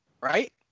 right